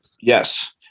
Yes